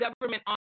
government